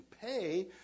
pay